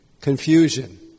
confusion